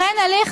לכן הליך